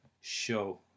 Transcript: show